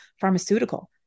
pharmaceutical